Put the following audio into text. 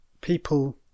people